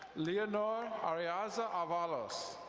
leonore ariaza avalos.